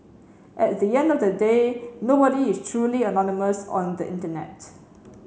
at the end of the day nobody is truly anonymous on the Internet